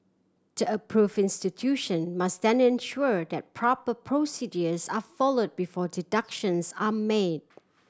the approve fen institution must then ensure that proper procedures are follow before deductions are made